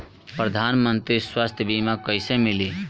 प्रधानमंत्री स्वास्थ्य बीमा कइसे मिली?